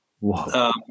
Wow